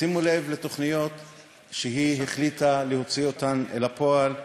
שימו לב לתוכניות שהיא החליטה להוציא אל הפועל: